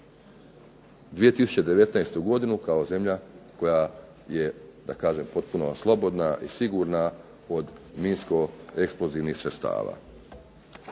2019. godinu kao zemlja koja je potpuno slobodna i sigurna od minsko-eksplozivnih sredstava.